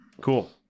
cool